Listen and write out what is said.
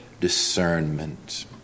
discernment